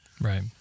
Right